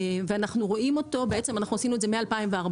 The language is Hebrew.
אנחנו עשינו את זה מ-2014,